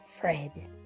Fred